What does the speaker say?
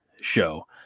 show